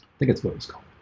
think it's though he's called